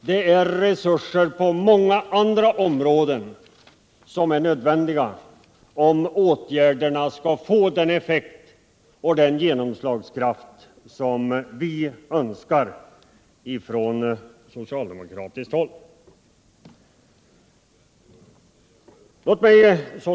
Det är resurser på många andra områden som är nödvändiga för att åtgärderna skall få den effekt och den genomslagskraft som vi från socialdemokratiskt håll eftersträvar.